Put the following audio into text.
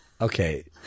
Okay